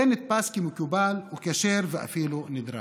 זה נתפס כמקובל וכשר, ואפילו נדרש.